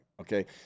okay